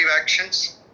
actions